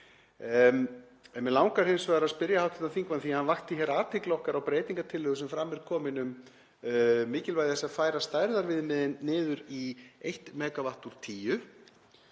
Mig langar hins vegar að spyrja hv. þingmann, því að hann vakti athygli okkar á breytingartillögu sem fram er komin um mikilvægi þess að færa stærðarviðmiðunin niður í 1 MW úr 10,